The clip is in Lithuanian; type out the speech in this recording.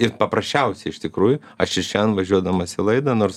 ir paprasčiausiai iš tikrųjų aš ir šiandien važiuodamas į laidą nors